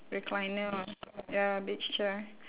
recliner ah ya beach chair